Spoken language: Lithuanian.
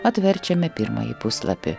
atverčiame pirmąjį puslapį